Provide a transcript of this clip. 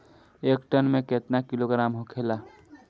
एक टन मे केतना किलोग्राम होखेला?